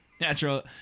natural